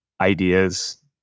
ideas